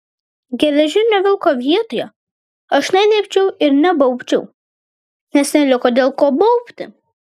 geležinio vilko vietoje aš nelipčiau ir nebaubčiau nes neliko dėl ko baubti